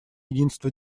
единство